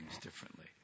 differently